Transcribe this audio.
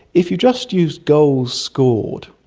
if you just use goals scored,